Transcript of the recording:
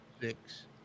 six